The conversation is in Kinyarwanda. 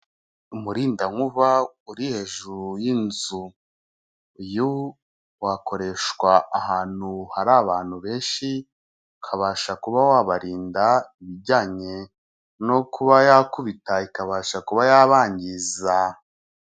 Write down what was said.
Umurindankuba uri hejuru y'inzu, uyu wakoreshwa ahantu hari abantu benshi, ukabasha kuba wabarinda ibijyanye no kuba yakubita ikabasha kuba yabangiza.